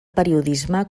periodisme